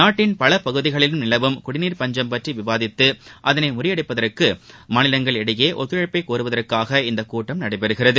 நாட்டின் பலபகுதிகளிலும் நிலவும் பஞ்சம் குடநீர் பற்றிவிவாதித்துஅதனைமுறியடிப்பதற்குமாநிலங்களிடையேஒத்துழைப்பைகோருவதற்காக இந்தகூட்டம் நடைபெறுகிறது